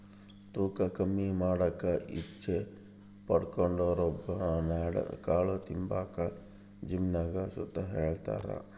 ತೂಕ ಕಮ್ಮಿ ಮಾಡಾಕ ಇಚ್ಚೆ ಪಡೋರುಬರ್ನ್ಯಾಡ್ ಕಾಳು ತಿಂಬಾಕಂತ ಜಿಮ್ನಾಗ್ ಸುತ ಹೆಳ್ತಾರ